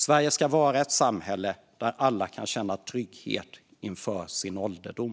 Sverige ska vara ett samhälle där alla kan känna trygghet inför sin ålderdom.